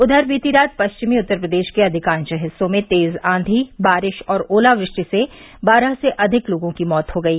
उधर बीती रात पश्चिमी उत्तर प्रदेश के अधिकांश हिस्सों में तेज अंधी बारिश और ओलावृष्टि से बारह से अधिक लोगों की मौत हो गयी